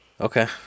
Okay